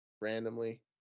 randomly